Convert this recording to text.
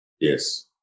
yes